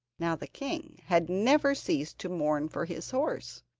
now the king had never ceased to mourn for his horse,